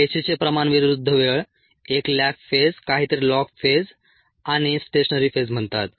पेशीचे प्रमाण विरुद्ध वेळ एक लॅग फेज काहीतरी लॉग फेज आणि स्टेशनरी फेज म्हणतात